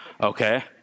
okay